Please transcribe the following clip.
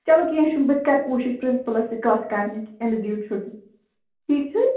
چلو کیٚنٛہہ چھُنہٕ بہٕ تہِ کَرٕ کوٗشِش پرٛنِسپُلَس سۭتۍ کَتھ کَرنٕچ أمِس دِیو چھُٹی ٹھیٖک چھِ حظ